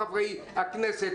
חברי הכנסת,